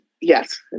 yes